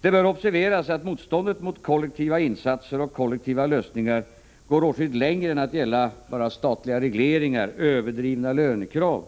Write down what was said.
Det bör observeras att motståndet mot kollektiva insatser och kollektiva lösningar går åtskilligt längre än att gälla bara statliga regleringar, överdrivna lönekrav